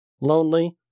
lonely